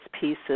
pieces